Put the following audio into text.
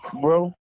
bro